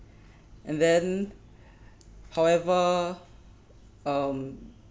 and then however um